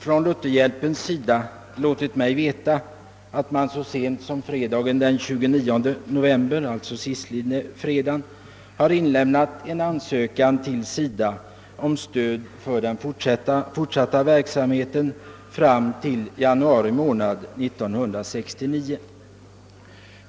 Från Lutherhjälpen har man låtit mig veta att man så sent som fredagen den 29 november inlämnade en ansökan till SIDA om stöd för den fortsatta verksamheten fram till januari månad 1969.